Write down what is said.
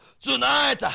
tonight